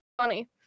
funny